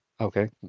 Okay